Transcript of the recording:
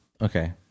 Okay